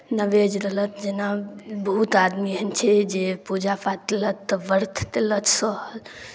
नबेद देलत जेना बहुत आदमी एहन छै जे पूजा पाठ तेलत तऽ व्रत तेलत सहल